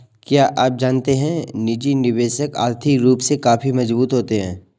क्या आप जानते है निजी निवेशक आर्थिक रूप से काफी मजबूत होते है?